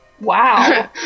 Wow